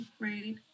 right